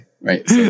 right